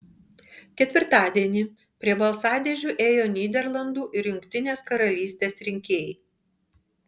ketvirtadienį prie balsadėžių ėjo nyderlandų ir jungtinės karalystės rinkėjai